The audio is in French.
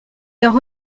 leurs